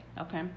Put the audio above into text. Okay